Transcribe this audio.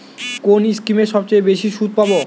কোন স্কিমে সবচেয়ে বেশি সুদ পাব?